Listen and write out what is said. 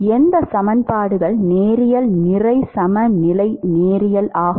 எந்த சமன்பாடுகள் நேரியல் நிறை சமநிலை நேரியல் ஆகும்